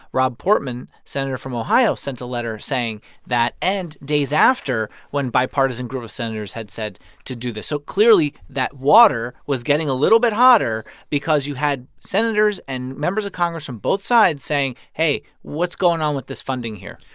rob portman, senator from ohio, sent a letter saying that and days after when bipartisan group of senators had said to do this. so clearly, that water was getting a little bit hotter because you had senators and members of congress from both sides saying, hey, what's going on with this funding here?